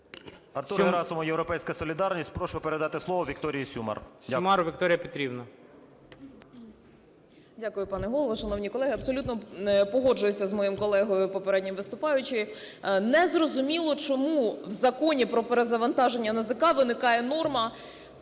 Артур Герасимов, "Європейська солідарність". Прошу передати слово Вікторії Сюмар.